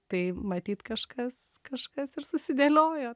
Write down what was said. tai matyt kažkas kažkas ir susidėliojo